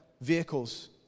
vehicles